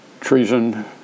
Treason